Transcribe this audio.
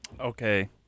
Okay